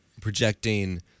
projecting